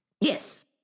Yes